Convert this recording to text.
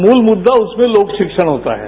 मूल मुद्दा उसमें लोक शिक्षण होता है